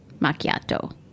macchiato